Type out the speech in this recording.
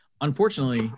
Unfortunately